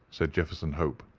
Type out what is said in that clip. said jefferson hope,